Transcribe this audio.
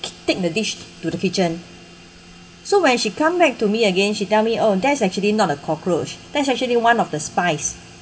take the dish to the kitchen so when she come back to me again she tell me oh that's actually not a cockroach that's actually one of the spice